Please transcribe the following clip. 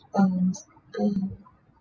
um to